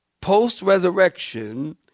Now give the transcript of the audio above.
post-resurrection